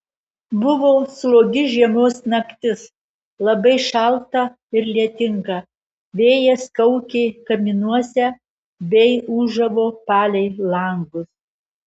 buvo slogi žiemos naktis labai šalta ir lietinga vėjas kaukė kaminuose bei ūžavo palei langus